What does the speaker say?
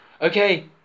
okay